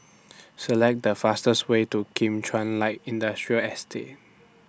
Select The fastest Way to Kim Chuan Light Industrial Estate